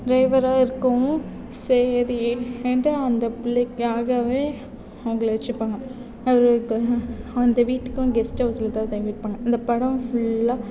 டிரைவராயிருக்கவும் சரின்ட்டு அந்த பிள்ளைக்காகவே அவங்கள வச்சுப்பாங்க அந்த வீட்டுக்கு கெஸ்ட் ஹவுஸ் தங்கியிருப்பாங்க அந்த படம் ஃபுல்லாக